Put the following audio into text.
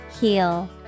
heal